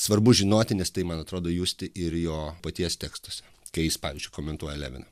svarbu žinoti nes tai man atrodo justi ir jo paties tekstuose kai jis pavyzdžiui komentuoja leviną